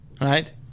right